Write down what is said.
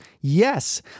Yes